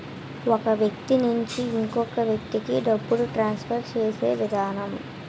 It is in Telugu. ఒక వ్యక్తి నుంచి ఇంకొక వ్యక్తికి డబ్బులు ట్రాన్స్ఫర్ చేసే విధానం